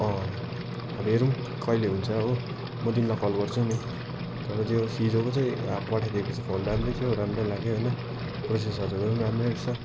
अँ अब हेरौँ कहिले हुन्छ हो म तिमीलाई कल गर्छु नि तर जे होस् हिजोको चाहिँ राम्रो लाग्यो होइन प्रोसेसरहरू पनि राम्रै रहेछ